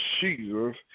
Jesus